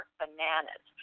bananas